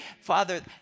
Father